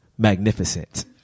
Magnificent